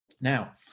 now